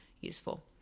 useful